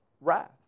wrath